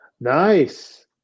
Nice